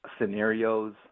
scenarios